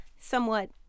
somewhat